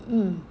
mm